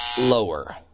lower